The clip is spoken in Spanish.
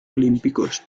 olímpicos